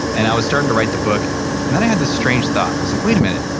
and i was starting to write the book and then i had this strange thought. i was like, wait a minute.